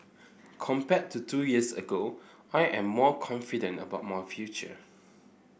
compared to two years ago I am more confident about my future